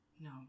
no